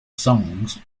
songs